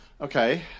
Okay